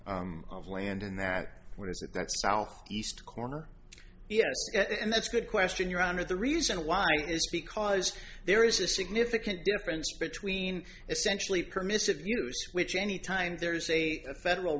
of land in that what is it that south east corner yes and that's a good question your honor the reason why is because there is a significant difference between essentially permissive use which any time there is a federal